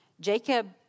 Jacob